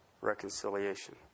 reconciliation